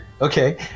okay